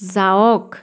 যাওক